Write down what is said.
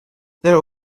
there